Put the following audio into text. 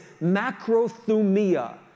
macrothumia